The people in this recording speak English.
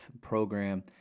program